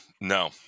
no